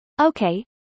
Okay